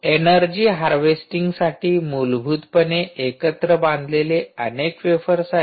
energy हार्वेस्टिंगसाठी मूलभूतपणे एकत्र बांधलेले अनेक वेफर्स आहेत